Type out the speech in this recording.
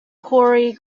corey